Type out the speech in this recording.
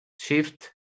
shift